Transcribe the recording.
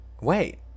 wait